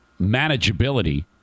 manageability